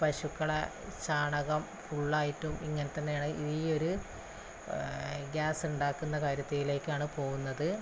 പശുക്കളുടെ ചാണകം ഫുള്ളായിട്ടും ഇങ്ങനെ തന്നെയാണ് ഈയൊരു ഗ്യാസുണ്ടാക്കുന്ന കാര്യത്തിലേക്കാണ് പോകുന്നത്